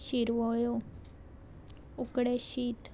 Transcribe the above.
शिरवायो उकडे शीत